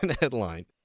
headline